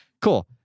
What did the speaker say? cool